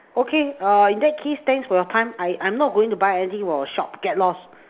okay err in that case thanks for your time I I'm not going to buy anything from your shop get lost